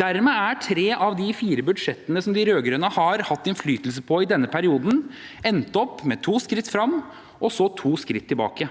Dermed har tre av de fire budsjettene som de rød-grønne har hatt innflytelse på i denne perioden, endt opp med to skritt frem og så to skritt tilbake.